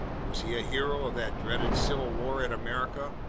was he a hero of that dreadful civil war in america,